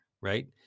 right